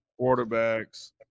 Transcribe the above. quarterbacks